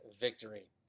victory